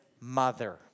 mother